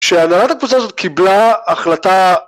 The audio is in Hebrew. כשהנהלת הקבוצה הזאת קיבלה החלטה